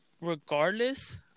regardless